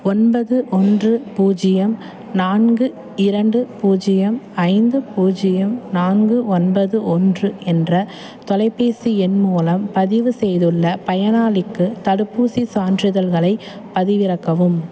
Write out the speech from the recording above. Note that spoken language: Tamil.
ஒன்பது ஒன்று பூஜ்ஜியம் நான்கு இரண்டு பூஜ்ஜியம் ஐந்து பூஜ்ஜியம் நான்கு ஒன்பது ஒன்று என்ற தொலைப்பேசி எண் மூலம் பதிவு செய்துள்ள பயனாளிக்கு தடுப்பூசிச் சான்றிதழ்களைப் பதிவிறக்கவும்